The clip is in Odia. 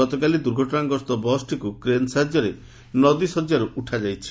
ଗତକାଲି ଦୁର୍ଘଟଣାଗ୍ରସ୍ତ ବସ୍ଟିକୁ କ୍ରେନ୍ ସାହାଯ୍ୟରେ ନଦୀଶଯ୍ୟାରୁ ଉଠାଯାଇଛି